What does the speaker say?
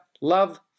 love